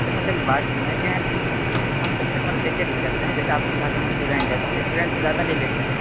اصل میں سر بات یوں ہے کہ ہم کسٹمر دیکھ کے ڈیل کرتے ہیں جیسے آپ نے کہا کہ ہم اسٹوڈینٹ ہیں تو ہم اسٹوڈینٹ سے زیادہ نہیں لیتے ہیں